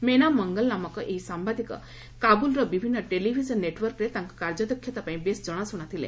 MENA Mangal ନାମକ ଏହି ସାମ୍ବାଦିକ କାବୁଲ୍ର ବିଭିନ୍ନ ଟେଲିଭିଜନ୍ ନେଟ୍ୱର୍କରେ ତାଙ୍କ କାର୍ଯ୍ୟଦକ୍ଷତା ପାଇଁ ବେଶ୍ ଜଣାଶୁଣା ଥିଲେ